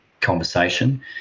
conversation